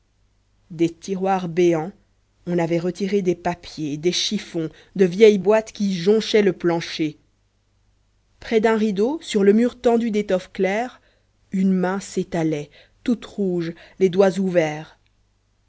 des tiroirs béants on avait retiré des papiers des chiffons de vieilles boites qui jonchaient le plancher près d'un rideau sur le mur tendu d'étoffe claire une main s'étalait toute rouge les doigts ouverts